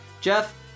Jeff